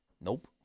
Nope